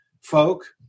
folk